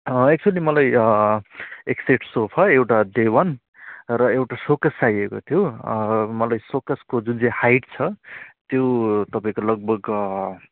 एकचुवली मलाई एक set sofa एउटा देवन र एउटा सोकेस चाहिएको थियो मलाई सोकेसको जुन चाहिँ हाइट छ त्यो तपाईँको लगभग